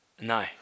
No